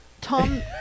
tom